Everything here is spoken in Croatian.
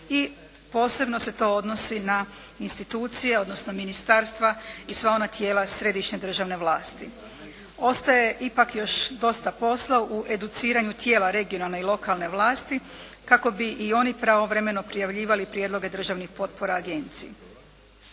i posebno se to odnosi na institucije, odnosno ministarstva i sva ona tijela središnje državne vlasti. Ostaje ipak još dosta posla u educiranju tijela regionalne i lokalne vlasti kako bi i oni pravovremeno prijavljivali prijedloge državnih potpora Agenciji.